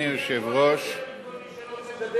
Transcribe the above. אני יכול לדבר במקום כל מי שלא רוצה לדבר,